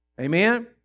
Amen